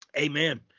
Amen